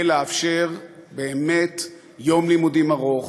ולאפשר באמת יום לימודים ארוך,